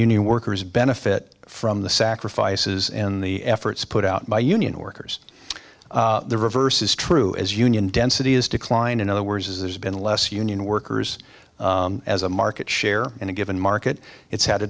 nonunion workers benefit from the sacrifices in the efforts put out by union workers the reverse is true as union density has declined in other words there's been less union workers as a market share in a given market it's had a